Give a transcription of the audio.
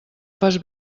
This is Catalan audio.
fas